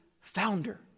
founder